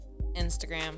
Instagram